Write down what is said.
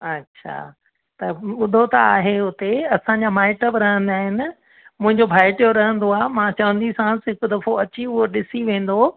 अछा त ॿुधो त आहे उते असांजा माइट बि रहंदा आहिनि मुंहिंजो भाइटियो रहंदो आहे मां चवंदी सांसि हिकु दफ़ो अची उहो ॾिसी वेंदो